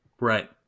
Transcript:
Right